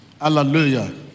hallelujah